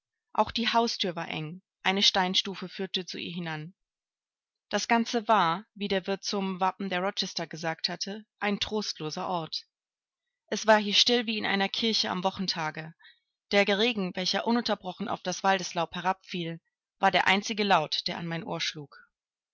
auch die hausthür war eng eine steinstufe führte zu ihr hinan das ganze war wie der wirt zum wappen der rochester gesagt hatte ein trostloser ort es war hier still wie in einer kirche am wochentage der regen welcher ununterbrochen auf das waldeslaub herabfiel war der einzige laut der an mein ohr schlug